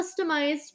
customized